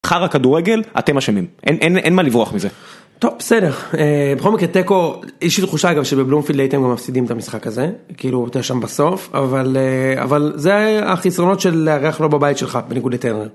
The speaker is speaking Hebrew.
חרא כדורגל אתם אשמים. אין אין אין מה לברוח מזה. טוב בסדר. בכל מקרה תיקו... יש לי תחושה אגב שבבלומפילד הייתם גם מפסידים את המשחק הזה. כאילו הייתה שם בסוף. אבל אבל זה החסרונות של לארח לא בבית שלך, בניגוד לטרנר.